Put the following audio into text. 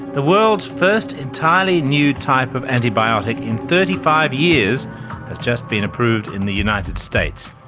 the world's first entirely new type of antibiotic in thirty five years just been approved in the united states.